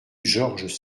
georges